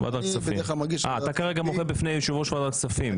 אני בדרך כלל מגיש לוועדת הכספים.